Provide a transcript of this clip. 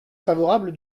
favorable